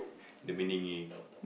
the beninging